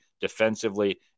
defensively